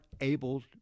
able